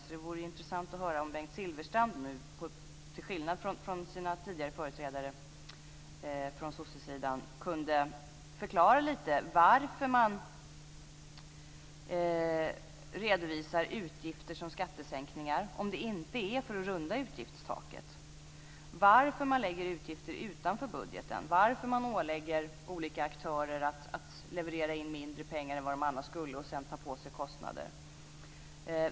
Det vore därför intressant att höra om Bengt Silfverstrand nu, till skillnad från de tidigare företrädarna för sossesidan, kunde förklara varför man redovisar utgifter som skattesänkningar om det inte är för att runda utgiftstaket, varför man lägger utgifter utanför budgeten, varför man ålägger olika aktörer att leverera in mindre pengar än vad de annars skulle och sedan ta på sig kostnader.